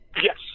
Yes